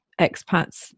expats